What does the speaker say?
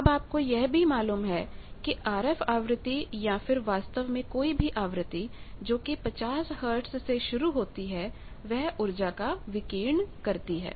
अब आपको यह भी मालूम है कि आरएफ आवृत्ति या फिर वास्तव में कोई भी आवृत्ति जो कि 50 हर्टज से शुरू होती है वह उर्जा का विकिरण करती है